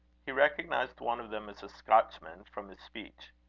he recognized one of them as a scotchman, from his speech.